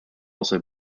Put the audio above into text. also